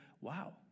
wow